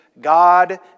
God